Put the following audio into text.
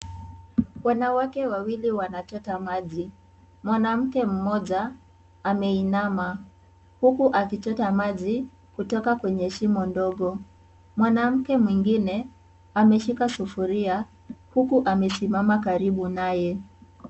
Wanawake wawili wanachota maji. Mwanamke mmoja ameinama huku akichota moja kutoka kwenye shimo ndogo. Mwanamke mwingine ameshika sufuria huku amesimama karibu naye.